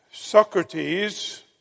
Socrates